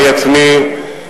אני עצמי,